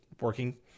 working